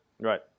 right